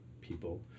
people